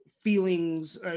feelings